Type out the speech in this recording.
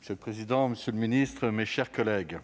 Monsieur le président, monsieur le ministre, mes chers collègues,